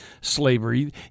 slavery